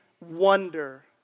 wonder